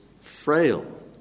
frail